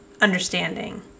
understanding